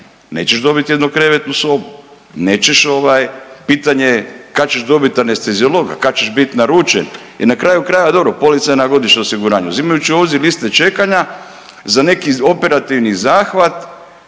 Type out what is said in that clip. nećeš dobiti jednokrevetnu sobu, nećeš ovaj pitanje je kad ćeš dobiti anesteziologa, kad ćeš biti naručen jer na kraju krajeva dobro polica je na godišnje osiguranje. Uzimajući u obzir liste čekanja za neki operativni zahvat